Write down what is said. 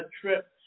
trip